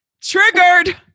triggered